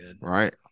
Right